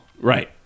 Right